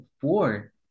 four